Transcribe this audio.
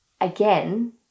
again